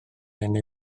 mewn